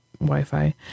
Wi-Fi